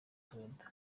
twitter